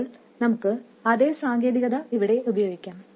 ഇപ്പോൾ നമുക്ക് അതേ സാങ്കേതികത ഇവിടെ ഉപയോഗിക്കാം